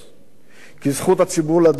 כי זכות הציבור לדעת, אדוני,